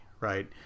right